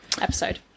episode